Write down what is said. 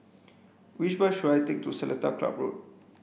which bus should I take to Seletar Club Road